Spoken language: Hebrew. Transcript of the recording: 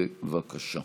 בבקשה.